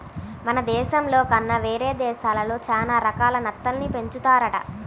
మన దేశంలో కన్నా వేరే దేశాల్లో చానా రకాల నత్తల్ని పెంచుతున్నారంట